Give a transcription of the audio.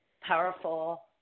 powerful